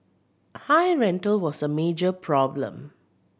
high rental was a major problem